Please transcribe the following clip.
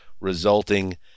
resulting